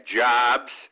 jobs